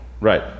Right